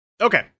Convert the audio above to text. Okay